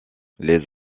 les